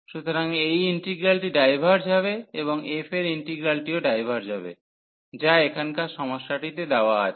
সুতরাং এই ইন্টিগ্রালটি ডাইভার্জ হবে এবং f এর ইন্টিগ্রালটিও ডাইভার্জ হবে যা এখানকার সমস্যাটিতে দেওয়া আছে